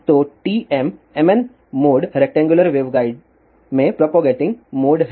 तो TMmn mode rectangular waveguide में propagating mode हैं